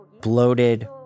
Bloated